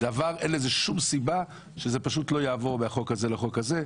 אין לזה שום סיבה שזה פשוט לא יעבור מהחוק הזה לחוק הזה.